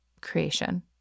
creation